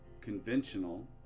conventional